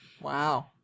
wow